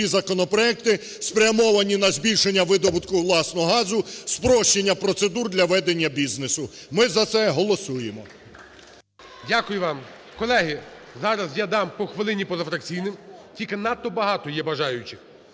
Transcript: Дякую вам. Колеги, зараз я дам по хвилині позафракційним. Тільки надто багато є бажаючих.